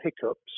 hiccups